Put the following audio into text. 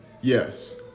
Yes